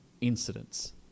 incidents